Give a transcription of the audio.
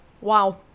Wow